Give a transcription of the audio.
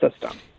system